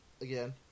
Again